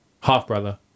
half-brother